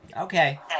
Okay